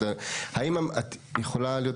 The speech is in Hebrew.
האם את יכולה להיות